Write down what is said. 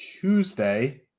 Tuesday